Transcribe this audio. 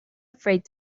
afraid